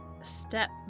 step